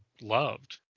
loved